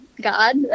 God